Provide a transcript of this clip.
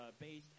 based